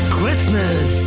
Christmas